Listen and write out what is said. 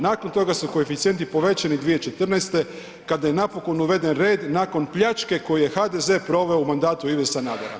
Nakon toga su koeficijenti povećani 2014. kada je napokon uveden red nakon pljačke koju je HDZ proveo u mandatu Ive Sanadera.